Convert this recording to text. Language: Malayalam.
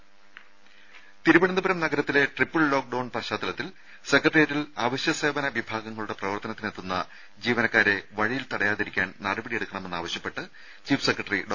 രുമ തിരുവനന്തപുരം നഗരത്തിലെ ട്രിപ്പിൽ ലോക്ഡൌൺ പശ്ചാത്തലത്തിൽ സെക്രട്ടേറിയറ്റിൽ അവശ്യ സേവന വിഭാഗങ്ങളുടെ പ്രവർത്തനത്തിനെത്തുന്ന ജീവനക്കാരെ വഴിയിൽ തടയാതിരിക്കാൻ നടപടിയെടുക്കണമെന്ന് ആവശ്യപ്പെട്ട് ചീഫ് സെക്രട്ടറി ഡോ